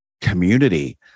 community